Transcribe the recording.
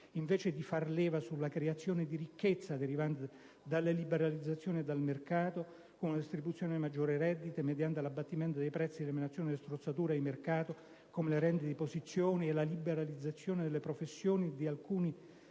invece di far leva sulla creazione di ricchezza derivante dalle liberalizzazioni e dal mercato, con una distribuzione di maggiori redditi mediante l'abbattimento dei prezzi, l'eliminazione delle strozzature del mercato (come le rendite di posizione) e la liberalizzazione delle professioni e di alcuni